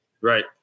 Right